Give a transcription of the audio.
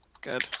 Good